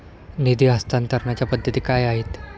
निधी हस्तांतरणाच्या पद्धती काय आहेत?